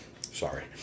Sorry